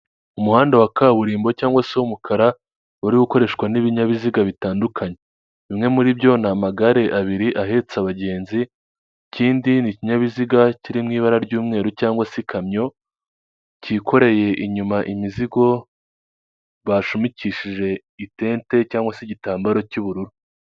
Umuhanda wa kaburimbo cyangwa se w'umukara uri gukoreshwa n'ibinyabiziga bitandukanye, bimwe muri byo ni amagare abiri ahetse abagenzi ikindi nii ikinyabiziga kiri mu ibara ry'umweru cyangwa se ikamyo kikoreye inyuma imizigo bashumikishije itente cyangwa se igitambaro cy'ubururu.